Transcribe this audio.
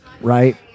Right